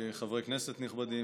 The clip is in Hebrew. חברי כנסת נכבדים,